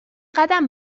قدم